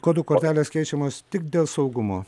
kodų kortelės keičiamos tik dėl saugumo